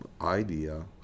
idea